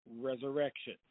resurrection